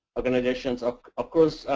organizations. of of course,